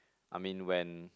I mean when